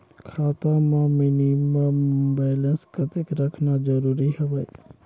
खाता मां minimum balance कतेक रखना जरूरी हवय?